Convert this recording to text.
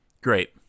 Great